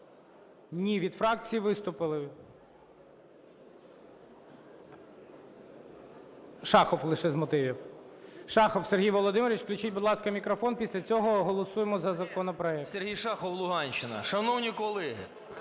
Сергій Шахов, Луганщина. Шановні колеги,